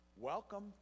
Welcome